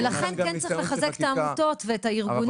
--- ולכן כן צריך לחזק את העמותות ואת הארגונים.